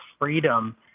freedom